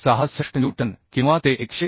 66 newton किंवा ते 101